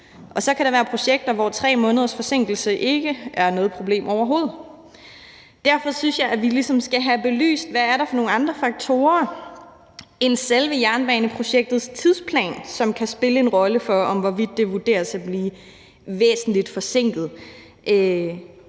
og så kan der være projekter, hvor 3 måneders forsinkelse ikke er noget problem overhovedet. Derfor synes jeg, at vi ligesom skal have belyst, hvad der er af andre faktorer end selve jernbaneprojektets tidsplan, som kan spille en rolle for, hvorvidt det vurderes at blive væsentlig forsinket.